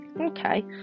Okay